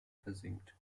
versinkt